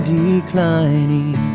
declining